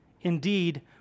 Indeed